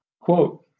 Quote